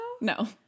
No